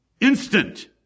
Instant